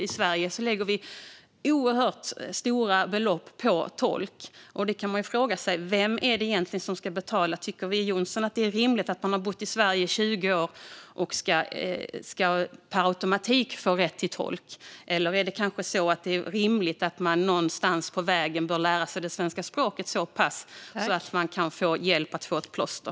I Sverige lägger vi oerhört stora belopp på tolkar. Man kan fråga sig vem som ska betala egentligen. Tycker W Jonsson att det är rimligt att någon som har bott i Sverige i 20 år per automatik ska få rätt till tolk? Eller är det rimligt att man någonstans på vägen bör lära sig svenska språket så pass bra att man kan få hjälp att få ett plåster?